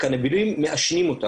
אבל את הקנבואידים מעשנים,